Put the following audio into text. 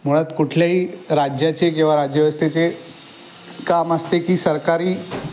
मुळात कुठल्याही राज्याची किंवा राज्यव्यवस्थेचे काम असते की सरकारी